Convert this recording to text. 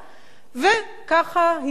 וכך התנהלו הלימודים.